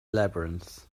labyrinth